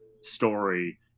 story